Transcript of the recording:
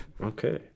Okay